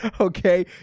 Okay